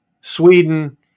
Sweden